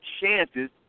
chances